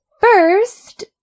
first